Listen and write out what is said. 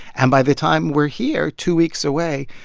and by the time we're here, two weeks away,